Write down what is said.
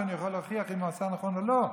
שאני אוכל להוכיח אם הוא עשה נכון או לא.